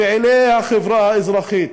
פעילי החברה האזרחית,